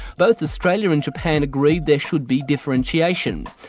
both australia and japan agreed there should be differentiation,